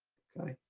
okay.